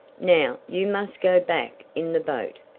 now, you must go back in the boat,